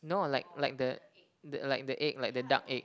no like like the the like the egg like the duck egg